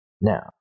now